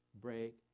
Break